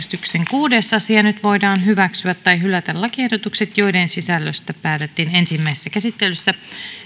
kuudes asia nyt voidaan hyväksyä tai hylätä lakiehdotukset joiden sisällöstä päätettiin ensimmäisessä käsittelyssä